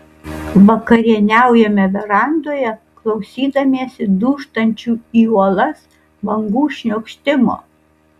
vakarieniaujame verandoje klausydamiesi dūžtančių į uolas bangų šniokštimo